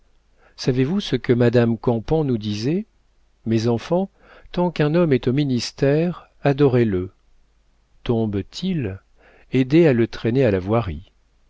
savez-vous ce que madame campan nous disait mes enfants tant qu'un homme est au ministère adorez le tombe t il aidez à le traîner à la voirie